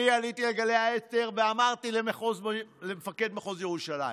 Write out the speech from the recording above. אני עליתי על גלי האתר ואמרתי למפקד מחוז ירושלים: